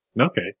Okay